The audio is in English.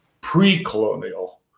pre-colonial